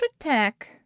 attack